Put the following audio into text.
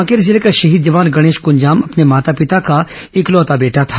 कांकेर जिले का शहीद जवान गणेश कुंजाम अपने माता पिता का इकलौता बेटा था